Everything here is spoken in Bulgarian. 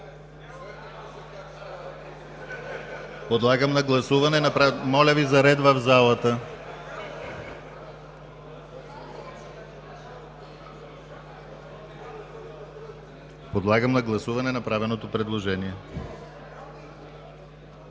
Подлагам на гласуване направеното предложение.